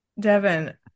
Devin